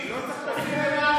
חמישי,